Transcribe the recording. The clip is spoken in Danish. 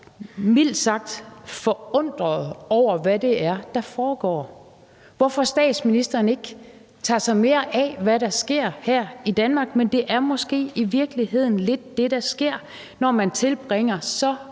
mildt sagt, forundrede over, hvad det er, der foregår – hvorfor statsministeren ikke tager sig mere af, hvad der sker her i Danmark. Men det er måske i virkeligheden lidt det, der sker, når man tilbringer så